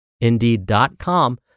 indeed.com